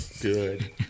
good